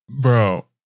Bro